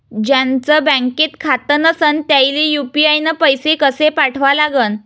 ज्याचं बँकेत खातं नसणं त्याईले यू.पी.आय न पैसे कसे पाठवा लागन?